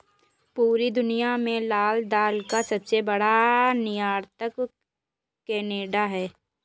पूरी दुनिया में लाल दाल का सबसे बड़ा निर्यातक केनेडा है